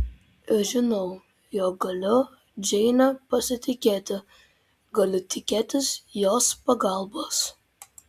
žinau jog galiu džeine pasitikėti galiu tikėtis jos pagalbos